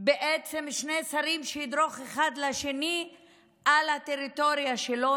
בעצם שני שרים כשאחד ידרוך לשני על הטריטוריה שלו,